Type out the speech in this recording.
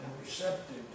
receptive